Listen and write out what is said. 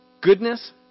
goodness